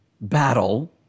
battle